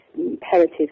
imperative